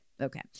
Okay